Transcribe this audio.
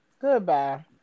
Goodbye